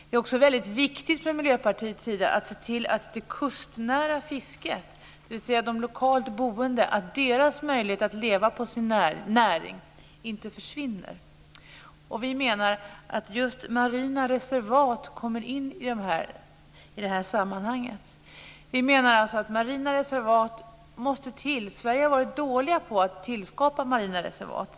Det är också väldigt viktigt för oss från Miljöpartiets sida att man ser till att lokalbefolkningens möjlighet att leva på sin näring - dvs. det kustnära fisket - inte försvinner. Vi menar att just marina reservat kommer in i detta sammanhang. Vi menar alltså att marina reservat måste till. Sverige har varit dåligt på att tillskapa marina reservat.